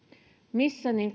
missä